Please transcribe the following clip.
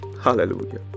hallelujah